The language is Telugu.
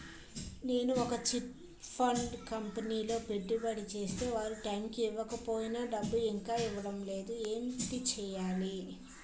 నేను ఒక చిట్ ఫండ్ కంపెనీలో పెట్టుబడి చేస్తే వారు టైమ్ ఇవ్వకపోయినా డబ్బు ఇంకా ఇవ్వడం లేదు ఏంటి చేయాలి?